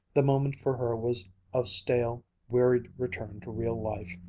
the moment for her was of stale, wearied return to real life,